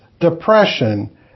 depression